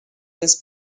was